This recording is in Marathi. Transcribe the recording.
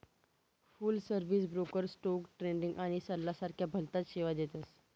फुल सर्विस ब्रोकर स्टोक ट्रेडिंग आणि सल्ला सारख्या भलताच सेवा देतस